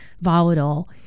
volatile